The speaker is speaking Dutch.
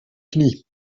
knie